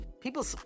people